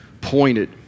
pointed